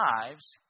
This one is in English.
lives